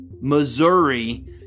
Missouri